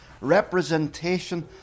representation